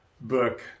book